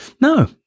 No